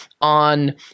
on